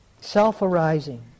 Self-arising